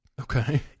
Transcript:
Okay